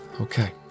Okay